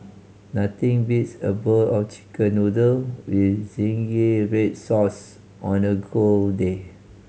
nothing beats a bowl of Chicken Noodle with zingy red sauce on a cold day